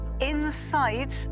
inside